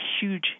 huge